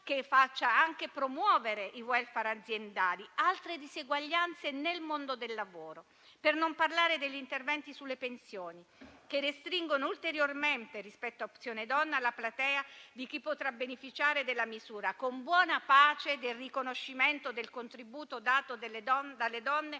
che faccia anche promuovere i *welfare* aziendali. Invece, altre diseguaglianze nel mondo del lavoro. Per non parlare degli interventi sulle pensioni, che restringono ulteriormente, rispetto a Opzione Donna, la platea di chi potrà beneficiare della misura, con buona pace del riconoscimento del contributo dato dalle donne